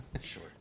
Sure